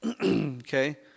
okay